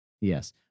Yes